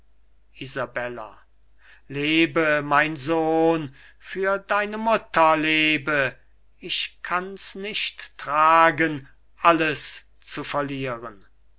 lebe mein sohn für deine mutter lebe ich kann's nicht tragen alles zu verlieren